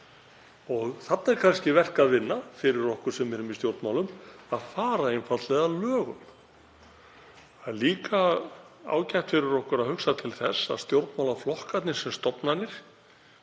Þarna er kannski verk að vinna fyrir okkur sem erum í stjórnmálum, að fara einfaldlega að lögum. Það er líka ágætt fyrir okkur að hugsa til þess að stjórnmálaflokkarnir sem stofnanir